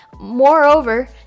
Moreover